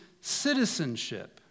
citizenship